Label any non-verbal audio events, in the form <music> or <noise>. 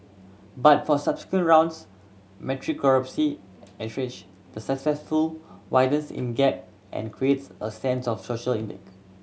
but for subsequent rounds <unintelligible> entrench the successful widens in gap and creates a sense of social <unintelligible>